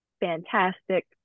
fantastic